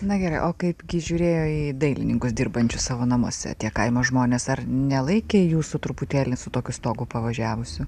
na gerai o kaipgi žiūrėjo į dailininkus dirbančius savo namuose tie kaimo žmonės ar nelaikė jūsų truputėlį su tokiu stogu pavažiavusiu